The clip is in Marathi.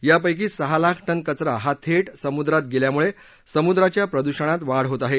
यापैकी सहा लाख टन कचरा हा थेट समुद्रात गेल्यामुळे समुद्राच्या प्रदुषणात वाढ होत आहे